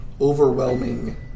overwhelming